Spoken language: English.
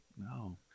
no